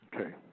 Okay